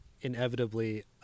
inevitably